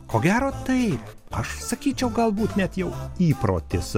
ko gero taip aš sakyčiau galbūt net jau įprotis